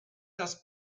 das